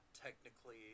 technically